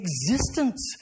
existence